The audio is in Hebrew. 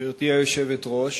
גברתי היושבת-ראש,